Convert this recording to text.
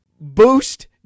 boost